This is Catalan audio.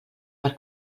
per